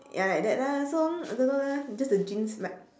ya like that ah so I don't know lah just the genes like